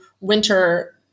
winter